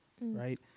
right